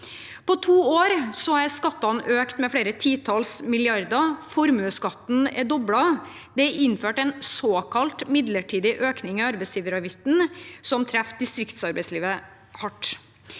På to år er skattene økt med flere titalls milliarder, formuesskatten er doblet, og det er innført en såkalt midlertidig økning i arbeidsgiveravgiften, noe som treffer distriktsarbeidslivet hardt.